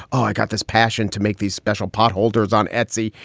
i got this passion to make these special potholders on etsy,